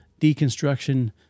deconstruction